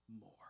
more